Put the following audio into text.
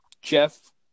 Jeff